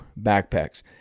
backpacks